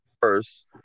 first